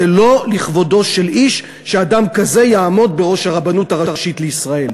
זה לא לכבודו של איש שאדם כזה יעמוד בראש הרבנות הראשית לישראל.